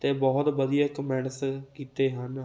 ਅਤੇ ਬਹੁਤ ਵਧੀਆ ਕਮੈਂਟਸ ਕੀਤੇ ਹਨ